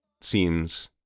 seems